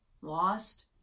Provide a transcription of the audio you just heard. lost